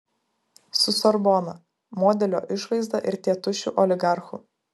su sorbona modelio išvaizda ir tėtušiu oligarchu